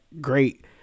great